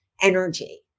energy